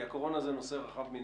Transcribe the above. כי הקורונה זה נושא רחב.